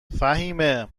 فهیمه